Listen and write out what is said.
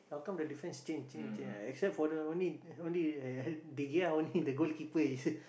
how come the difference change change change except for the only only eh de Gea only the goalkeeper he say